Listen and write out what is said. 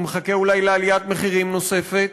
הוא מחכה אולי לעליית מחירים נוספת?